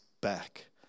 back